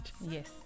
Yes